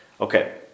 Okay